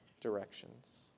directions